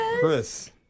Chris